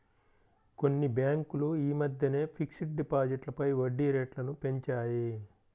కొన్ని బ్యేంకులు యీ మద్దెనే ఫిక్స్డ్ డిపాజిట్లపై వడ్డీరేట్లను పెంచాయి